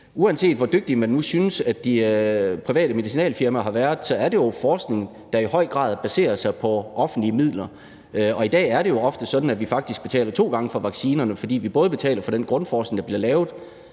uanset hvor dygtige man nu synes at de private medicinalfirmaer har været, så er det jo forskning, der i høj grad baserer sig på offentlige midler, og i dag er det jo ofte sådan, at vi faktisk betaler to gange for vaccinerne, fordi vi først betaler for den grundforskning, der bliver lavet,